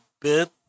bit